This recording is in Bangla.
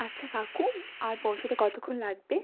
আচ্ছা কাকু আর পৌঁছোতে কতোক্ষণ লাগবে